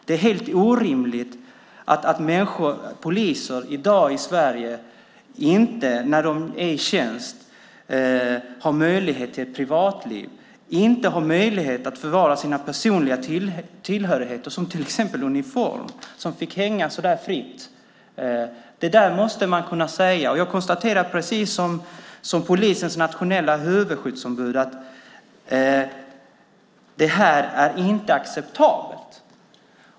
Det är helt orimligt att polisen i Sverige i dag inte, när de är i tjänst, har möjlighet till ett privatliv och har förvaringsmöjligheter för sina personliga tillhörigheter. Det gällde exempelvis uniformerna som fick hänga fritt. Sådant måste kunna sägas. Jag konstaterar, precis som polisens nationella huvudskyddsombud, att det inte är acceptabelt.